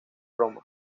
roma